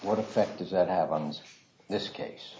what effect does that have on this case